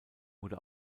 wurde